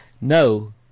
No